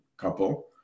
couple